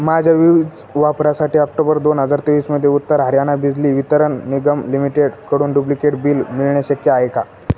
माझ्या वीज वापरासाठी ऑक्टोबर दोन हजार तेवीसमध्ये उत्तर हरियाना बिजली वितरण निगम लिमिटेडकडून डुप्लिकेट बिल मिळणे शक्य आहे का